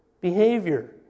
behavior